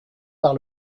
par